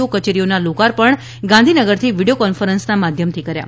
ઓ કચેરીઓના લોકાર્પણ ગાંધીનગરથી વીડિયો કોન્ફરન્સના માધ્યમથી કર્યા